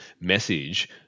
message